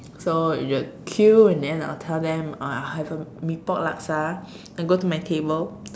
so you just queue and then I'll tell them I'll have a Mee-Pok Laksa and go to my table